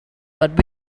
but